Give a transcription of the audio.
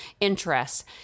interests